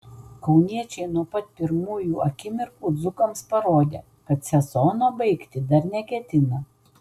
kauniečiai nuo pat pirmųjų akimirkų dzūkams parodė kad sezono baigti dar neketina